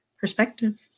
perspective